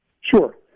Sure